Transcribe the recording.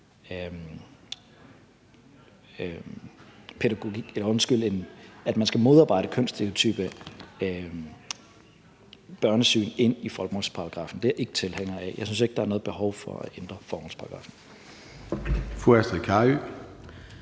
man skal modarbejde kønsstereotype børnesyn. Det er jeg ikke tilhænger af. Jeg synes ikke, der er noget behov for at ændre formålsparagraffen.